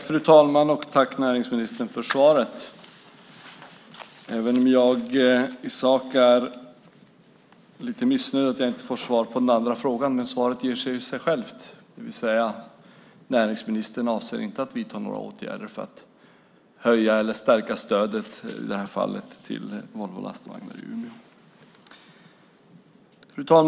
Fru talman! Tack, näringsministern, för svaret, även om jag i sak är lite missnöjd med svaret på den ena frågan. Men det säger sig självt - svaret är att näringsministern inte avser att vidta några åtgärder för att höja eller stärka stödet till, i det här fallet, Volvo Lastvagnar i Umeå. Fru talman!